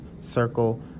circle